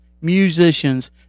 musicians